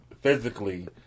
physically